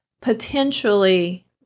potentially